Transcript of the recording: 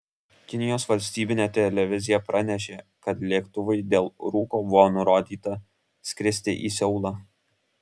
kinijos valstybinė televizija pranešė kad lėktuvui dėl rūko buvo nurodyta skristi į seulą